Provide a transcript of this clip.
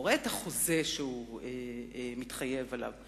למשל, הוא נוהג לקרוא את החוזה שהוא מתחייב עליו.